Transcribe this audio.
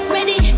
Ready